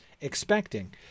expecting